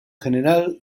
general